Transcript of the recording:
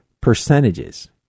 Percentages